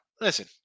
Listen